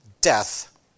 death